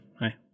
Hi